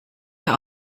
der